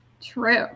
true